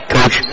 Coach